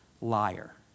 liar